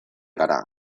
gara